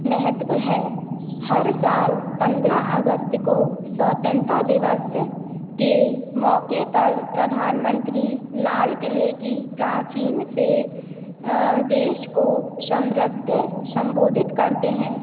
महत्व है हर साल पंद्रह अगस्त को स्वतंत्रता दिवस के मौके पर प्रधान मंत्री लाल क़िले की प्राचीर से देश को समृद्ध समबोधित करते हैं